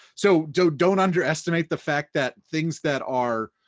so don't don't underestimate the fact that things that are,